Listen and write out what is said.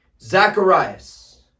Zacharias